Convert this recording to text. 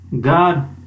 God